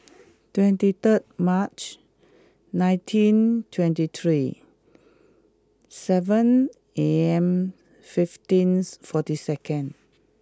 twenty third March nineteen twenty three seven A M fifteens forty second